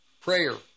Prayer